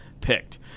picked